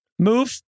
move